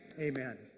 Amen